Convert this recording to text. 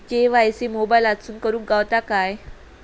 KYC मोबाईलातसून करुक गावता काय?